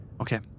Okay